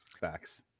Facts